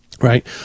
Right